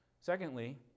Secondly